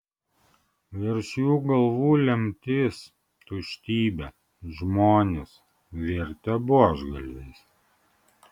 virš jų galvų lemtis tuštybė žmonės virtę buožgalviais